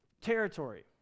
territory